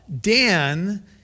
Dan